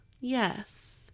Yes